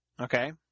okay